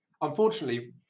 unfortunately